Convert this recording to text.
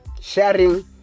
sharing